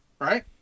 Right